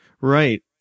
Right